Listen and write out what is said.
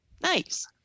Nice